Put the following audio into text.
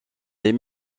les